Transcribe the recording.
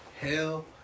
hell